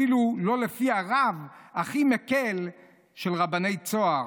אפילו לא לפי הרב הכי מקל של רבני צהר,